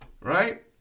Right